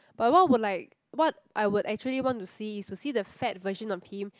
but what would like what I would actually want to see is to see the fat version of him